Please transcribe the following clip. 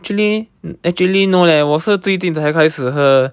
acctualy actually no leh 我是最近才开始喝